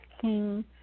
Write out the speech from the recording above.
King